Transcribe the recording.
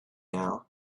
now